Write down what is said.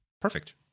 perfect